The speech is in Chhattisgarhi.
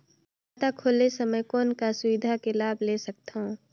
खाता खोले समय कौन का सुविधा के लाभ ले सकथव?